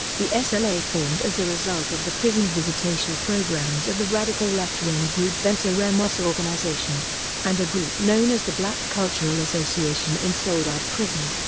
the sla formed as a result of the prison visitation programs of the radical left-wing group venceremos organization and a group known as the black cultural association in soledad prison.